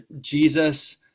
Jesus